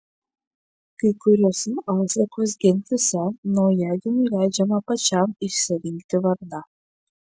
kai kuriose afrikos gentyse naujagimiui leidžiama pačiam išsirinkti vardą